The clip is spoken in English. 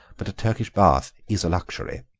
but a turkish bath is a luxury.